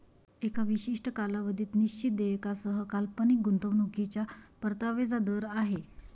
एका विशिष्ट कालावधीत निश्चित देयकासह काल्पनिक गुंतवणूकीच्या परताव्याचा दर आहे